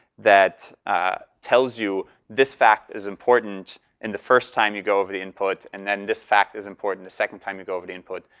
that tells you this fact is important and the first time you go over the input. and then this fact is important the second time you go over the input,